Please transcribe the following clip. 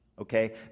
Okay